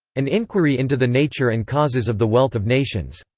an inquiry into the nature and causes of the wealth of nations.